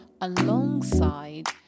alongside